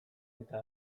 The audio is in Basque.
eta